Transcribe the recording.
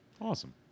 awesome